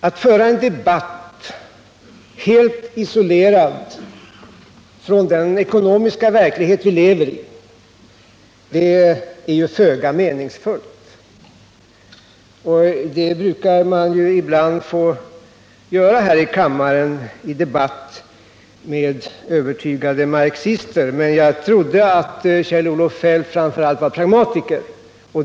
Att föra en debatt helt isolerad från den ekonomiska verklighet vi lever i är föga meningsfullt. Sådana debatter brukar man ibland få föra här i kammaren med övertygade marxister, men jag trodde att Kjell Olof Feldt framför allt var pragmatiker.